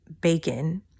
bacon